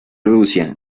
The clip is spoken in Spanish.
rusia